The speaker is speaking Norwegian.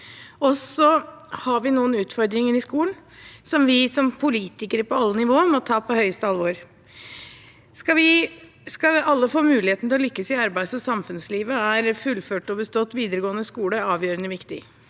Så har vi noen utfordringer i skolen, som vi som politikere på alle nivåer må ta på høyeste alvor. Skal alle få mulighet til å lykkes i arbeids- og samfunnslivet, er fullført og bestått videregående skole avgjørende viktig.